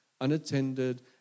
unattended